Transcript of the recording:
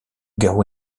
garou